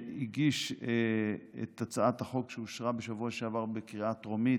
שהגיש את הצעת החוק שאושרה בשבוע שעבר בקריאה טרומית,